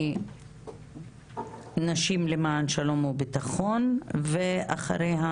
נשים למען שלום וביטחון, ואחריה